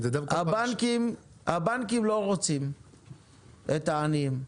הבנקים לא רוצים את העניים.